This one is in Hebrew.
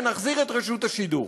ונחזיר את רשות השידור.